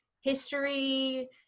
history